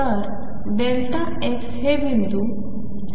तर Δx हे बिंदू 0